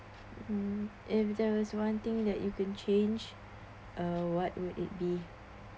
mm if there's one thing that you can change uh will it be